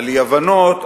על אי-הבנות,